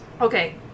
Okay